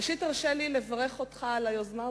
ראשית, הרשה לי לברך אותך על היוזמה הברוכה.